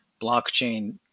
blockchain